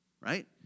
right